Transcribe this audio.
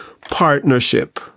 partnership